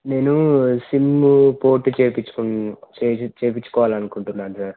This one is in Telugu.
నేను సిమ్ పోర్ట్ చేపిచ్చుకును చే చేయించ్చుకోవాలనుకుంటున్నాను సార్